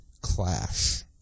clash